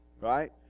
right